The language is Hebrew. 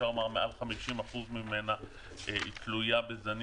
אפשר לומר מעל 50% ממנה תלויה בזנים